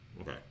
Okay